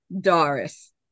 doris